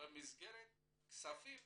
במסגרת כספים